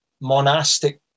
monastic